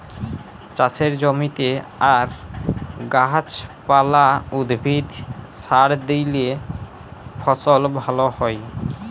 চাষের জমিতে আর গাহাচ পালা, উদ্ভিদে সার দিইলে ফসল ভাল হ্যয়